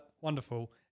wonderful